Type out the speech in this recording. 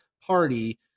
party